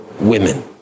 women